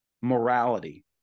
Morality